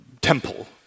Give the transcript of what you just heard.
temple